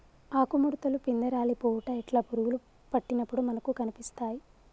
ఆకు ముడుతలు, పిందె రాలిపోవుట ఇట్లా పురుగులు పట్టినప్పుడు మనకు కనిపిస్తాయ్